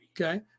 Okay